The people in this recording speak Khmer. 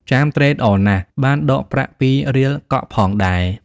ចាមត្រេកអរណាស់បានដកប្រាក់ ២ រៀលកក់ផងដែរ។